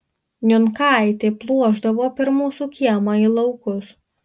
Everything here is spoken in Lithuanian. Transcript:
niunkaitė pluošdavo per mūsų kiemą į laukus